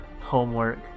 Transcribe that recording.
homework